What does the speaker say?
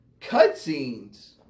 cutscenes